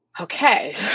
Okay